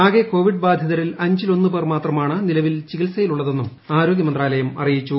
ആകെ കോവിഡ് ബാധിതരിൽ അഞ്ചിലൊന്ന് പേർ മാത്രമാണ് നിലവിൽ ചികിത്സയിലുള്ളത് എന്നും ആരോഗൃ മന്ത്രാലയം അറിയിച്ചു